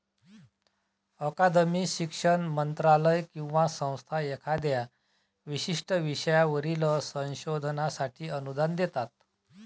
अकादमी, शिक्षण मंत्रालय किंवा संस्था एखाद्या विशिष्ट विषयावरील संशोधनासाठी अनुदान देतात